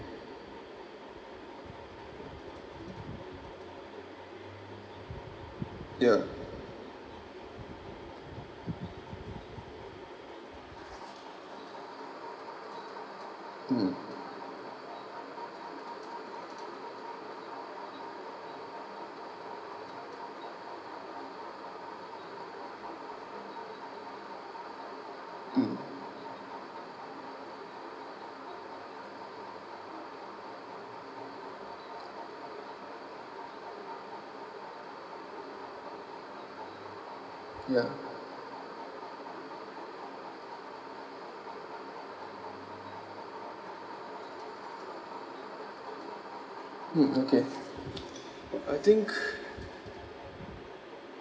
yeah mm mm yeah mm okay I think